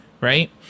right